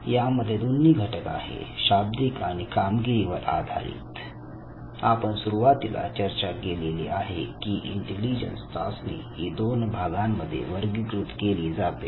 यामध्ये दोन्ही घटक आहे शाब्दिक आणि कामगिरीवर आधारित आपण सुरुवातीला चर्चा केलेली आहे की इंटेलिजन्स चाचणी ही दोन भागांमध्ये वर्गीकृत केली जाते